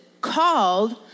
called